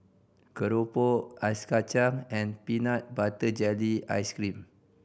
keropok ice kacang and peanut butter jelly ice cream